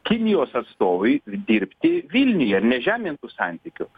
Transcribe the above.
kinijos atstovui dirbti vilniuje ir nežemint tų santykių